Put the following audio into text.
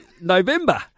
November